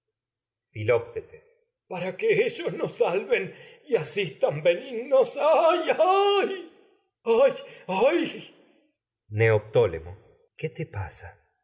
filoctetes para que ellos nos salven y asistan benignos aaah aaah neoptólemo qué te pasa